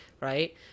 right